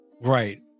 Right